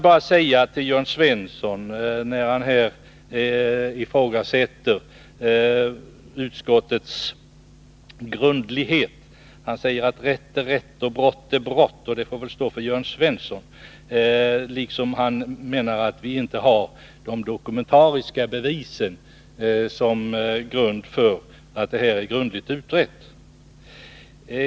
Jörn Svensson ifrågasätter utskottets grundlighet och säger att rätt är rätt och brott är brott. Det får väl stå för Jörn Svenssons egen räkning. Han menar att vi inte har dokumentariska bevis för att detta är grundligt utrett.